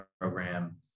program